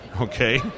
okay